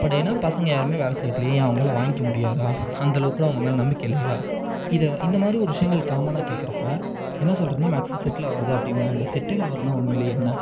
but ஏன்னால் பசங்க யாருமே வேலை செய்யறது இல்லையா ஏன் அவங்களாலே வாங்கிக்க முடியாதா அந்த அளவுக்கு கூட அவங்க மேல் நம்பிக்கை இல்லையா இதை இந்த மாதிரி ஒரு விஷயங்கள் காமனாக கேட்குறப்ப என்ன சொல்றதுனால் மேக்ஸிமம் செட்டில் ஆகிறது அப்படின்பாங்க செட்டில் ஆகறதுனா உண்மையில் என்ன